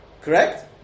correct